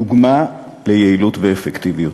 דוגמה ליעילות ולאפקטיביות.